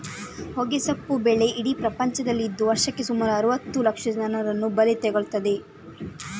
ಹೊಗೆಸೊಪ್ಪು ಬೆಳೆ ಇಡೀ ಪ್ರಪಂಚದಲ್ಲಿ ಇದ್ದು ವರ್ಷಕ್ಕೆ ಸುಮಾರು ಅರುವತ್ತು ಲಕ್ಷ ಜನರನ್ನ ಬಲಿ ತಗೊಳ್ತದೆ